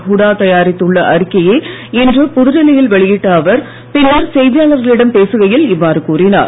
ஹுடா தயாரித்துள்ள அறிக்கையை இன்று புதுடில்லி யில் வெளியிட்ட அவர் பின்னர் செய்தியாளர்களிடம் பேசுகையில் இவ்வாறு கூறினார்